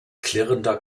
klirrender